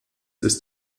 ist